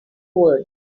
words